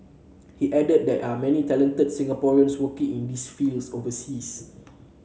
he added that there are many talented Singaporeans working in these fields overseas